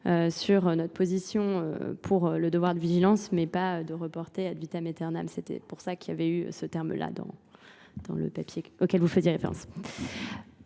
sur notre position pour le devoir de vigilance, mais pas de reporter ad vitam et ternam. C'était pour ça qu'il y avait eu ce terme-là dans le papier auquel vous faites les références.